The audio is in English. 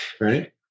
right